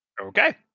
Okay